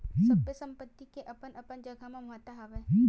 सबे संपत्ति के अपन अपन जघा म महत्ता हवय